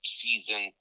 season